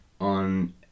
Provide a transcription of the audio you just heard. on